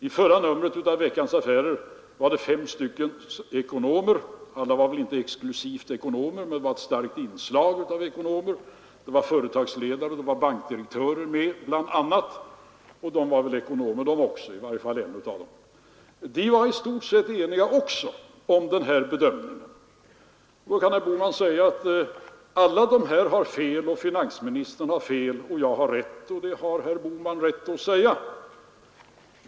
I förra numret av Veckans Affärer uttalade sig fem ekonomer — alla var kanske inte enbart ekonomer, men de hade ett stort ekonomiskt kunnande; några var bl.a. företagsledare och bankdirektörer. Dessa var också i stort sett eniga om den här bedömningen. Om detta kan herr Bohman säga: Alla dessa har fel, finansministern har fel, och jag har rätt — och det har herr Bohman rätt att säga.